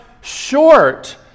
short